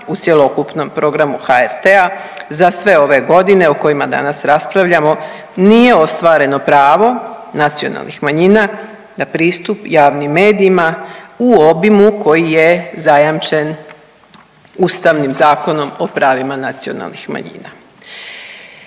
u cjelokupnom programu HRT-a za sve ove godine o kojima danas raspravljamo nije ostvareno pravo nacionalnih manjina da pristup javnim medijima u obimu koji je zajamčen Ustavnim zakonom o pravima nacionalnih manjina.